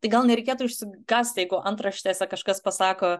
tai gal nereikėtų išsigąst jeigu antraštėse kažkas pasako